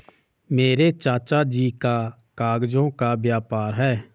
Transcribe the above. मेरे चाचा जी का कागजों का व्यापार है